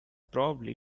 probably